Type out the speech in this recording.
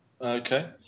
Okay